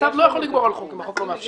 צו לא יכול לגבור על חוק אם החוק לא מאפשר.